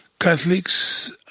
Catholics